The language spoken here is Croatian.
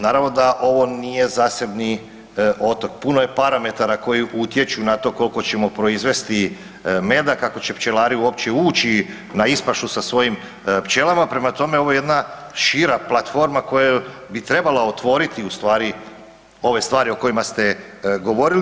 Naravno da ovo nije zasebni otok, puno je parametara koji utječu na to koliko ćemo proizvesti meda, kako će pčelari uopće ući na ispašu sa svojim pčelama, prema tome, ovo je jedna šira platforma koja bi treba otvoriti ustvari ove stvari o kojima ste govorili.